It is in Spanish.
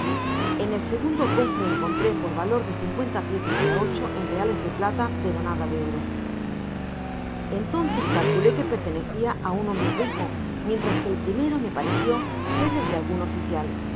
en el segundo cofre encontró por valor de cincuenta piezas de á cho en reales de plata pero nada en oro entonces calculé que pertenecía á un hombre tígo mientras que el primero me pareció ser el de algun oficial